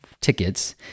Tickets